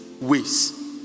ways